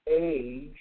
age